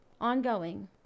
ongoing